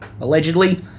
allegedly